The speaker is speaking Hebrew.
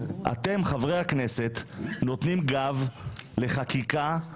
אתם, חברי הכנסת, נותנים גב לחקיקה,